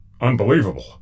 unbelievable